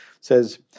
says